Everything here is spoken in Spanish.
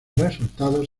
resultados